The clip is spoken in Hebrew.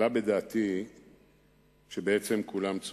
עלה בדעתי שבעצם כולם צודקים.